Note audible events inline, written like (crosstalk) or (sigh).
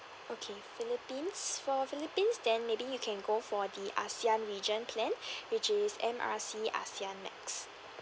okay philippines for philippines then maybe you can go for the ASEAN region plan (breath) which is M R C ASEAN max